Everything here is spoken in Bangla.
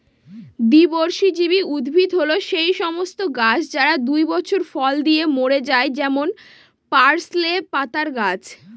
দ্বিবর্ষজীবী উদ্ভিদ হল সেই সমস্ত গাছ যারা দুই বছর ফল দিয়ে মরে যায় যেমন পার্সলে পাতার গাছ